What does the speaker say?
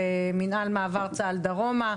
במינהל מעבר צה"ל דרומה,